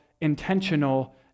intentional